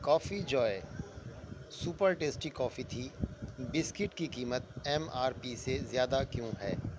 کافی joy super tasty کافی تھی biscuit کی قیمت ایم آر پی سے زیادہ کیوں ہے